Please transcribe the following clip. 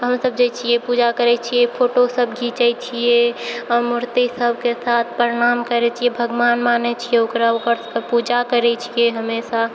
हम सब जाइ छियै पूजा करै छियै फोटो सभ खीचै छियै ओ मूर्ति सबके साथ प्रणाम करै छियै भगवान माने छियै ओकरा ओकर तऽ पूजा करै छियै हमेशा